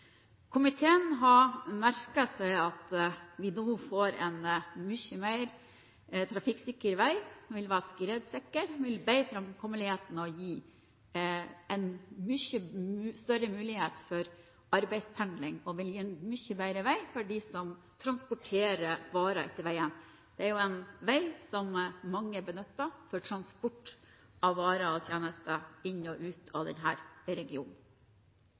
Komiteen har merket seg at vi nå får en mye mer trafikksikker vei. Den vil være skredsikker. Den vil bedre framkommeligheten og gi en mye større mulighet for arbeidspendling, og det vil bli en mye bedre vei for dem som transporterer varer på den. Det er jo en vei som mange benytter for transport av varer og tjenester inn og ut av denne regionen.